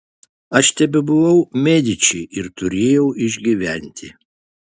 aš tebebuvau mediči ir turėjau išgyventi